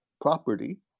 property